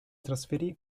trasferì